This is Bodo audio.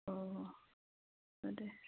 अह दे